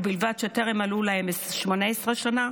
ובלבד שטרם מלאו להם 18 שנים,